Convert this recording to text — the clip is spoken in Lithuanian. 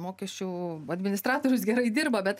mokesčių administratorius gerai dirba bet